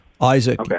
Isaac